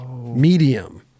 medium